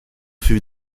fut